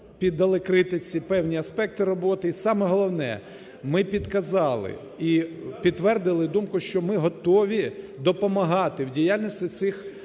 піддали критиці певні аспекти роботи. І саме головне, ми підказали і підтвердили думку, що ми готові допомагати в діяльності цих органів.